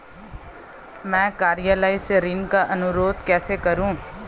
मैं कार्यालय से ऋण का अनुरोध कैसे करूँ?